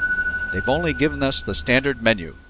they've only given us the standard menu.